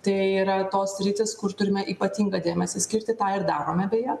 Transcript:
tai yra tos sritys kur turime ypatingą dėmesį skirti tą ir darome beje